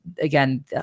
again